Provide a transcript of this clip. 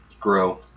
grow